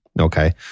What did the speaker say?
Okay